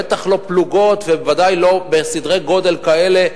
בטח לא פלוגות ובוודאי לא בסדרי-גודל כאלה,